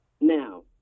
now